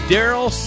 Daryl